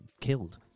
killed